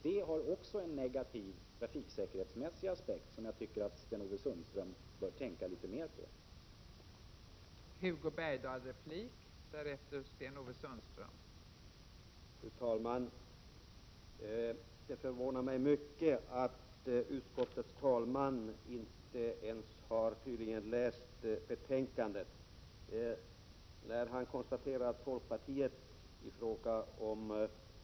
Detta får också en negativ trafiksäkerhets — 11 november 1987 mässig aspekt, som jag tycker att Sten-Ove Sundström bör tänka litet mera Trafiksäkerhet och